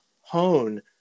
hone